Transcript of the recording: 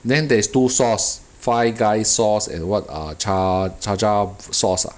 then there is two sauce Five Guys sauce and [what] err cha cha cha sauce ah